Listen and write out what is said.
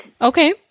Okay